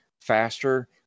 faster